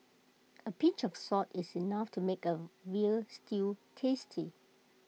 A pinch of salt is enough to make A Veal Stew tasty